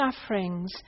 sufferings